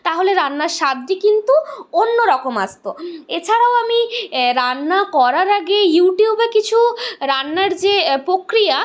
তাহলে রান্নার স্বাদটি কিন্তু অন্য রকম আসত এছাড়াও আমি রান্না করার আগে ইউটিউবে কিছু রান্নার যে প্রক্রিয়া